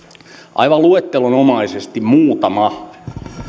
aivan luettelonomaisesti muutama